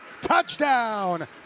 Touchdown